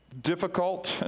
difficult